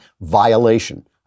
violation